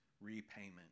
repayment